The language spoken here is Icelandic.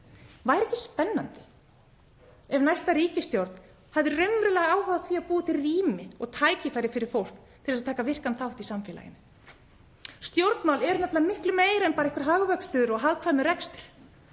Væri ekki spennandi ef næsta ríkisstjórn hefði raunverulegan áhuga á því að búa til rými og tækifæri fyrir fólk til að taka virkan þátt í samfélaginu? Stjórnmál er miklu meira en bara einhver hagvöxtur og hagkvæmur rekstur.